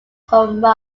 home